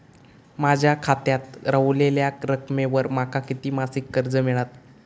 माझ्या खात्यात रव्हलेल्या रकमेवर माका किती मासिक कर्ज मिळात?